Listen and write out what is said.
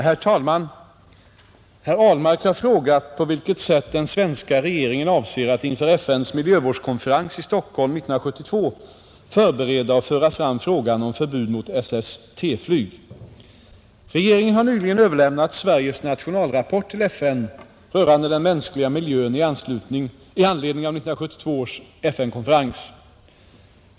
Herr talman! Herr Ahlmark har frågat, på vilket sätt den svenska regeringen avser att inför FN:s miljövårdskonferens i Stockholm 1972 förbereda och föra fram frågan om förbud mot SST-flyg. Regeringen har nyligen till FN överlämnat Sveriges nationalrapport rörande den mänskliga miljön i anledning av 1972 års FN-konferens.